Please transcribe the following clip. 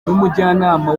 n’umujyanama